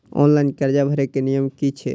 Online कर्जा भरे के नियम की छे?